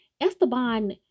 Esteban